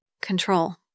Control